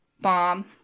bomb